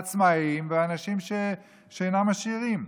העצמאים והאנשים שאינם עשירים.